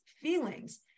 feelings